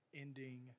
Ending